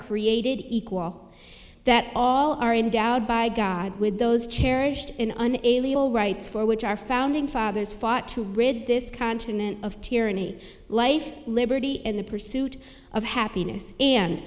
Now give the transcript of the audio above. created equal that all are endowed by god with those cherished in on a legal rights for which our founding fathers fought to rid this continent of tyranny life liberty and the pursuit of happiness and